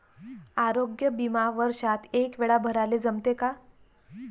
आरोग्य बिमा वर्षात एकवेळा भराले जमते का?